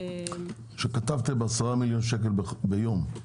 10 מיליון שקל ביום,